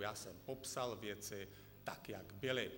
Já jsem popsal věci tak, jak byly.